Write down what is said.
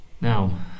Now